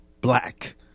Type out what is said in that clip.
Black